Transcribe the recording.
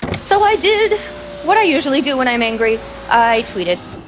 so i did what i usually do when i'm angry i tweeted.